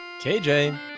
KJ